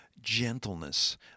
gentleness